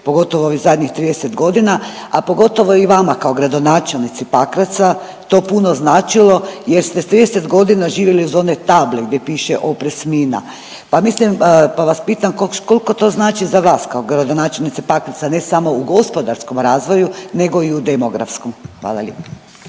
pogotovo ovih zadnjih 30 godina, a pogotovo i vama kao gradonačelnici Pakraca to puno značilo jer ste 30 godina živjeli uz one table gdje piše Oprez mina. Pa mislim, pa vas pitam koliko to znači za vas kao gradonačelnicu Pakraca ne samo u gospodarskom razvoju nego i u demografskom. Hvala lijepo.